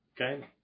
okay